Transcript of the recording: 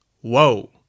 Whoa